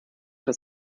dass